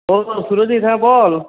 ও সুরজিত হ্যাঁ বল